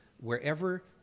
wherever